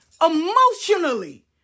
emotionally